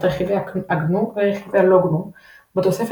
את רכיבי הגנו ורכיבי ה"לא גנו" בתוספת